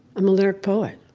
i'm a lyric poet.